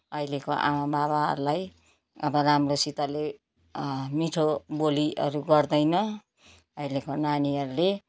अहिलेको आमाबाबाहरूलाई अब राम्रोसितले मिठो बोलीहरू गर्दैन अहिलेको नानीहरूले